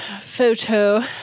Photo